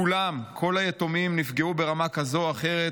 כולם, כל היתומים, נפגעו ברמה כזו או אחרת,